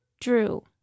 Drew